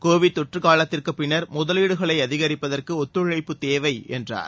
Covid தொற்றுகாலத்திற்குப் பின்னர் முதலீடுகளைஅதிகரிப்பதற்குஒத்துழைப்பு தேவைஎன்றார்